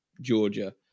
Georgia